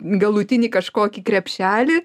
galutinį kažkokį krepšelį